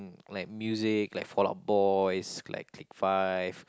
like music like Fall Out Boys like Click Five